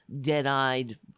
dead-eyed